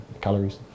calories